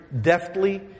deftly